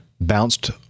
bounced